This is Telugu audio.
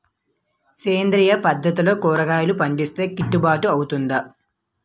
సేంద్రీయ పద్దతిలో కూరగాయలు పండిస్తే కిట్టుబాటు అవుతుందా?